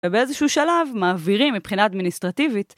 ובאיזשהו שלב מעבירים מבחינה אדמיניסטרטיבית.